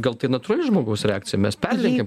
gal tai natūrali žmogaus reakcija mes perlenkėm